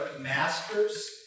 master's